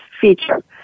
feature